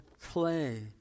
clay